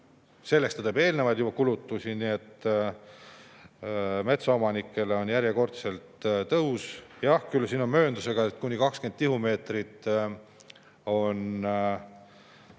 selleks ta teeb eelnevalt juba kulutusi. Nii et metsaomanikele on järjekordselt tõus. Jah, küll mööndusega, et kuni 20 tihumeetrit on